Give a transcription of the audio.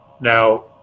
now